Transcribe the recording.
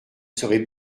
serait